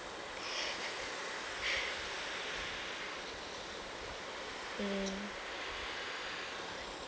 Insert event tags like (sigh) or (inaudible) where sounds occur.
(laughs) mm